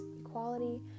equality